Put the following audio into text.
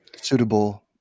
suitable